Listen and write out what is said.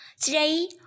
Today